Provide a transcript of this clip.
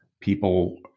people